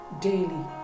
daily